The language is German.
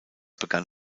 begann